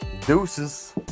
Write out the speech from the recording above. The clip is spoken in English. Deuces